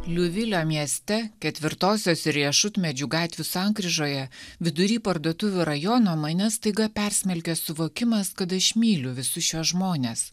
liuvilio mieste ketvirtosios riešutmedžių gatvių sankryžoje vidury parduotuvių rajono mane staiga persmelkė suvokimas kad aš myliu visus šiuos žmones